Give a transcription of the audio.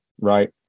right